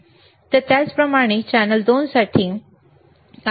आता त्याचप्रमाणे चॅनेल 2 साठी ठीक आहे